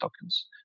tokens